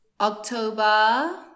October